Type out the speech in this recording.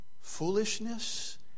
foolishness